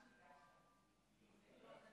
אשר כתומך,